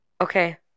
Okay